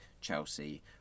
Chelsea